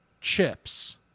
chips